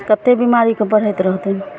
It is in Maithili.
कतेक बिमारीके बढ़ैत रहतै